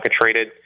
traded